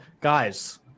Guys